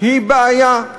היא בעיה,